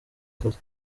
kazi